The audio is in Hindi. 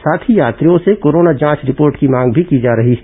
साथ ही यात्रियों से कोरोना जांच रिपोर्ट भी मांगी जा रही है